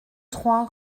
trois